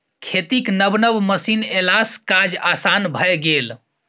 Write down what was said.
खेतीक नब नब मशीन एलासँ काज आसान भए गेल